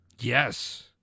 Yes